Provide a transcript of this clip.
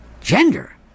Gender